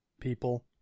people